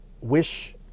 wish